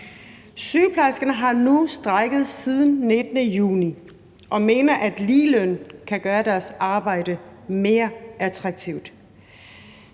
Sygeplejerskerne har nu strejket siden den 19. juni og mener, at ligeløn kan gøre deres arbejde mere attraktivt.